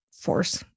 force